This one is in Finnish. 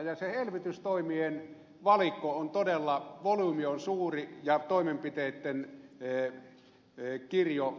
se elvytystoimien volyymi on suuri ja toimenpiteitten kirjo monipuolinen